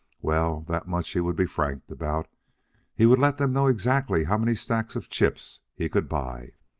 well, that much he would be frank about he would let them know exactly how many stacks of chips he could buy.